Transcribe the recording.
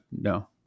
no